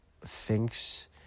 thinks